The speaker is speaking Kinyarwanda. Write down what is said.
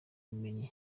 ubumenyi